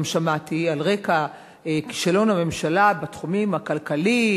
שמעתי: על רקע כישלון הממשלה בתחומים הכלכלי,